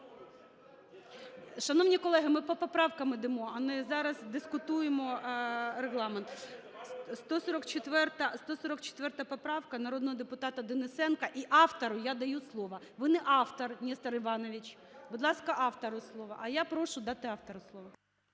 Шановні колеги, ми по правкам йдемо, а не зараз дискутуємо Регламент. 144 поправка, народного депутата Денисенка. І автору я даю слово. Ви не автор, Нестор Іванович. Будь ласка, автору слово. А я прошу дати автору слово.